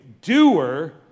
doer